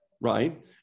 right